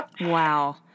Wow